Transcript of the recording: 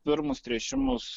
pirmus tręšimus